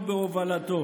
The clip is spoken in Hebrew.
ובהובלתו?